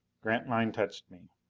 grantline touched me.